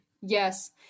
Yes